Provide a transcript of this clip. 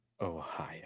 Ohio